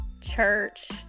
church